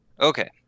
Okay